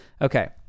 Okay